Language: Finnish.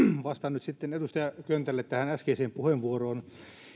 vastaan nyt sitten edustaja köntälle tähän äskeiseen puheenvuoroon